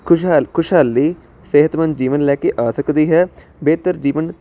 ਖੁਸ਼ਹਾਲ ਖੁਸ਼ਹਾਲੀ ਸਿਹਤਮੰਦ ਜੀਵਨ ਲੈ ਕੇ ਆ ਸਕਦੀ ਹੈ ਬਿਹਤਰ ਜੀਵਨ